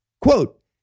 Quote